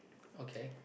okay